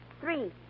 three